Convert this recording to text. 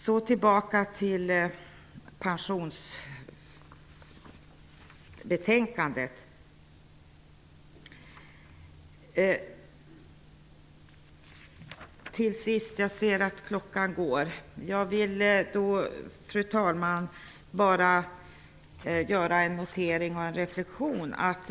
Jag ser att min taletid börjar ta slut, fru talman, och jag vill därför till sist bara göra en reflexion.